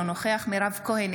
אינו נוכח מירב כהן,